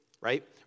right